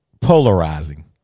polarizing